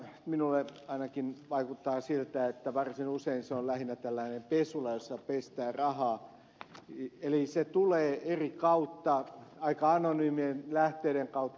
minusta ainakin vaikuttaa siltä että varsin usein se on lähinnä tällainen pesula jossa pestään rahaa eli se tulee eri kautta aika anonyymien lähteiden kautta